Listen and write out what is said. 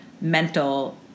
mental